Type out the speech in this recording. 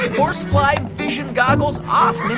horsefly vision goggles off,